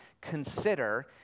consider